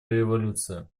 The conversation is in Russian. революция